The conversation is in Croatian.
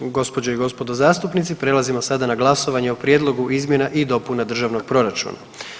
Gospođe i gospodo zastupnici prelazimo sada na glasovanje o Prijedlogu izmjena i dopuna državnog proračuna.